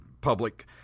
public